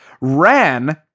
ran